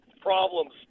problems